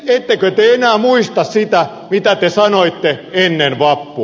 ettekö te enää muista sitä mitä te sanoitte ennen vappua